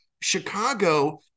Chicago-